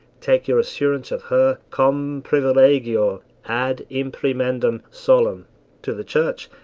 take your assurance of her, cum privilegio ad imprimendum solum to the church!